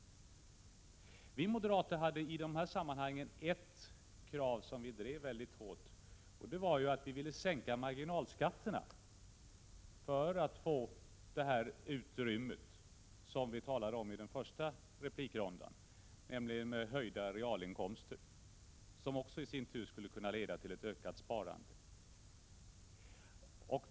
Vi moderater hade i de här sammanhangen ett krav som vi drev mycket hårt. Vi ville sänka marginalskatterna, för att få det utrymme som vi här talade om i den första replikrondan. Det gällde höjda realinkomster, som i sin tur skulle kunna leda till ett ökat sparande.